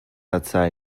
outside